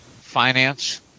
finance